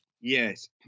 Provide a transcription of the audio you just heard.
Yes